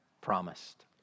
promised